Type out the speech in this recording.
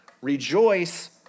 Rejoice